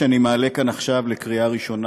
שאני מעלה כאן עכשיו לקריאה ראשונה,